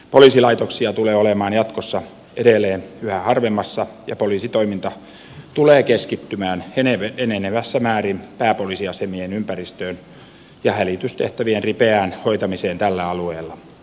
poliisilaitoksia tulee olemaan jatkossa edelleen yhä harvemmassa ja poliisitoiminta tulee keskittymään enenevässä määrin pääpoliisiasemien ympäristöön ja hälytystehtävien ripeään hoitamiseen tällä alueella